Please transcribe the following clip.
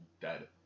dead